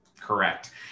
correct